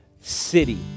city